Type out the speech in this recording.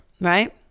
right